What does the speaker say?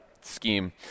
scheme